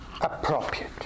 appropriate